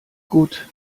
gut